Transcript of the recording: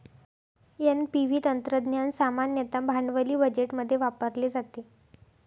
NPV तंत्रज्ञान सामान्यतः भांडवली बजेटमध्ये वापरले जाते